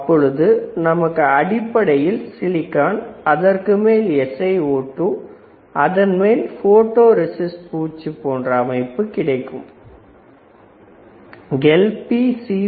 அப்பொழுது நமக்கு அடிப்படையில் சிலிக்கான் அதற்கு மேல் Sio2 அதன்மேல் போட்டோ ரெஸிஸ்ட் பூச்சு போன்ற அமைப்பு கிடைத்துள்ளது